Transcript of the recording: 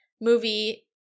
movie